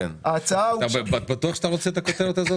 אתה בטוח שאתה רוצה את הכותרת הזאת,